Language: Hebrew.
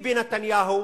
ביבי נתניהו,